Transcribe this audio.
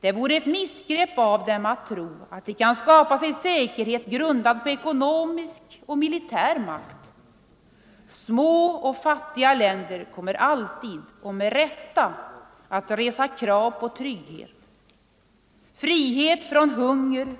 Det vore ett missgrepp av dem att tro att de kan skapa sig säkerhet grundad på ekonomisk och militär makt. Små och fattiga länder kommer alltid — och med rätta — att resa krav på trygghet — frihet från hunger,